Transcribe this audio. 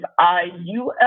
IUL